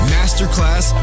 Masterclass